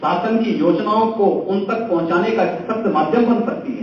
शासन की योजनाओं को उन तक पहुंचाने का एक सशक्त माध्यम बन सकती है